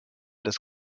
des